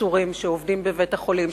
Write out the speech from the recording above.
העובדים המסורים שעובדים בבית-החולים.